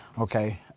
Okay